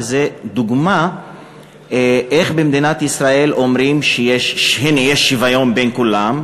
שזאת דוגמה איך במדינת ישראל אומרים שהנה יש שוויון בין כולם,